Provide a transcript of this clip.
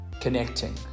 Connecting